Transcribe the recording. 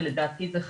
ולדעתי זה חיוני.